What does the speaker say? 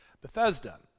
Bethesda